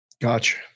Gotcha